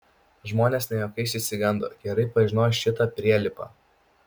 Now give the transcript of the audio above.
žmonės ne juokais išsigando gerai pažinojo šitą prielipą